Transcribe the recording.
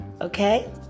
okay